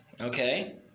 okay